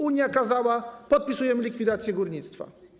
Unia kazała, podpisujemy likwidację górnictwa.